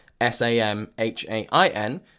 S-A-M-H-A-I-N